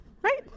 right